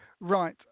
Right